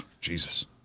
Jesus